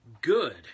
good